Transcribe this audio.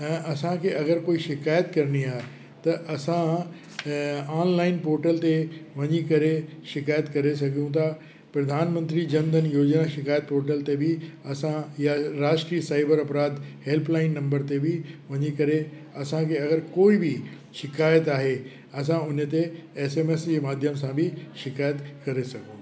ऐं असांखे अगरि कोई शिकायत करणी आहे त असां ऐं ऑनलाइन पोर्टल ते वञी करे शिकायत करे सघूं था प्रधानमंत्री जन धन योजना शिकायत पोर्टल ते बि असां या राष्ट्रीय साइबर अपराध हैल्पलाइन नंबर ते बि वञी करे असांखे अगरि कोई बि शिकायत आहे असां उन ते एसएमएस जे माध्यम सां बि शिकायत करे सघूं था